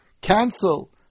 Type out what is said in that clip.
cancel